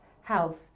health